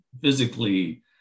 physically